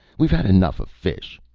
we've had enough of fish.